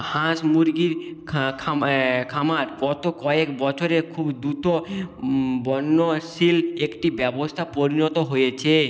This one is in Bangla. হাঁস মুরগি খামার অতো কয়েক বছরে খুব দ্রুত একটি ব্যবস্থা পরিণত হয়েছে